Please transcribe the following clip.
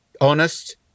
honest